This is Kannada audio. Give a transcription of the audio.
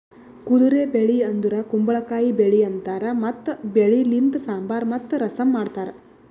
ಕುದುರೆ ಬೆಳಿ ಅಂದುರ್ ಕುಂಬಳಕಾಯಿ ಬೆಳಿ ಅಂತಾರ್ ಮತ್ತ ಬೆಳಿ ಲಿಂತ್ ಸಾಂಬಾರ್ ಮತ್ತ ರಸಂ ಮಾಡ್ತಾರ್